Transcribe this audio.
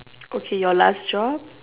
okay your last job